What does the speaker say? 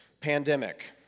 Pandemic